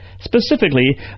Specifically